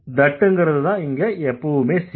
that ங்கறதுதான் இங்க எப்பவுமே C